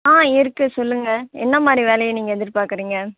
ஆ இருக்கு சொல்லுங்கள் என்ன மாதிரி வேலையை நீங்கள் எதிர்பார்க்கறீங்க